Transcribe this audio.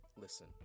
Listen